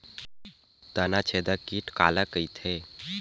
तनाछेदक कीट काला कइथे?